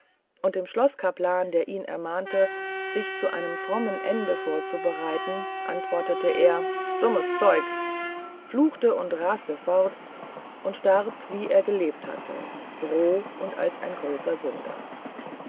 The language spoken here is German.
und dem schloßkaplan der ihn ermahnte sich zu einem frommen ende vorzubereiten antwortete er dummes zeug fluchte und raste fort und starb wie er gelebt hatte roh und als ein großer sünder